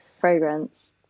fragrance